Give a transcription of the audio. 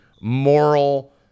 moral